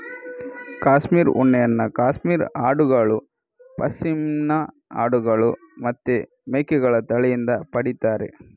cashmere ಉಣ್ಣೆಯನ್ನ cashmere ಆಡುಗಳು, ಪಶ್ಮಿನಾ ಆಡುಗಳು ಮತ್ತೆ ಮೇಕೆಗಳ ತಳಿಯಿಂದ ಪಡೀತಾರೆ